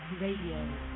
Radio